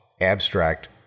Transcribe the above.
abstract